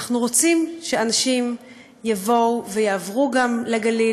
אנחנו רוצים שאנשים יבואו ויעברו גם לגליל,